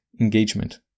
engagement